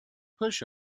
push